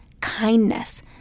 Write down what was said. kindness